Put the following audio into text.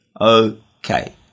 okay